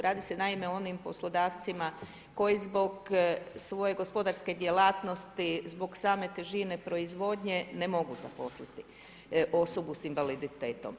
Radi se naime, o onim poslodavcima koji zbog svoje gospodarske djelatnosti, zbog same težine proizvodnje ne mogu zaposliti osobu s invaliditetom.